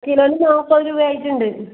കിലോന് നാല്പത് രൂപ ആയിട്ടുണ്ട്